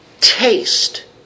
taste